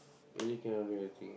really cannot remember a thing